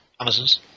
Amazons